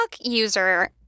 user